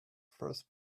first